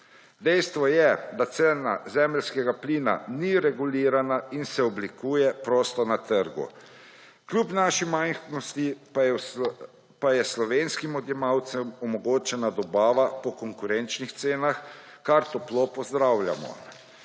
Dejstvo je, da cena zemeljskega plina ni regulirana in se oblikuje prosto na trgu. Kljub naši majhnosti pa je slovenskim odjemalcem omogočena dobava po konkurenčnih cenah, kar toplo pozdravljamo.